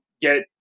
get